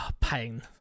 pain